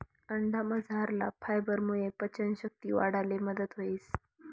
अंडामझरला फायबरमुये पचन शक्ती वाढाले मदत व्हस